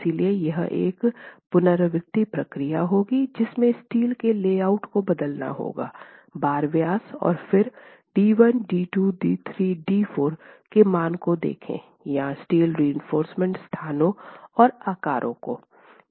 इसलिए यह एक पुनरावृति प्रक्रिया होगी जिसमें स्टील के ले आउट को बदलना होगा बार व्यास और फिर डी 1 डी 2 डी 3 डी 4 के मान को देखें या स्टील रिइंफोर्समेन्ट स्थानों और आकार हैं